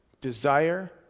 desire